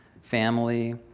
family